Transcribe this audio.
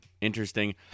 interesting